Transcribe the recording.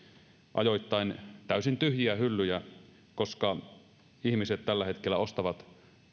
ajoittain täysin tyhjiä hyllyjä koska ihmiset tällä hetkellä ostavat